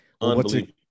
Unbelievable